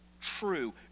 true